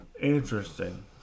Interesting